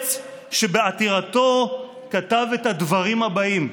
היועץ שבעתירתו כתב את הדברים האלה: